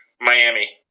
Miami